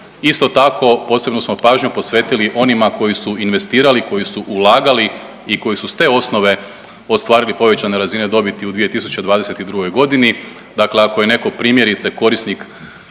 Isto tako posebnu smo pažnju posvetili onima koji su investirali, koji su ulagali i koji su s te osnove ostvarili povećane razine dobiti u 2022.g., dakle ako je neko primjerice korisnik